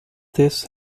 this